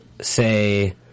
say